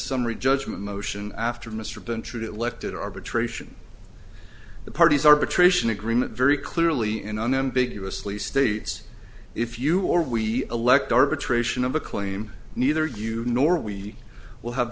summary judgment motion after mr dunne treated elected arbitration the party's arbitration agreement very clearly and unambiguously states if you or we elect arbitration of a claim neither you nor we will have